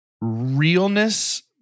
realness